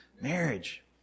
marriage